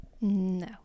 No